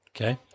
Okay